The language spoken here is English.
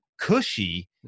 cushy